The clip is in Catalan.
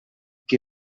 qui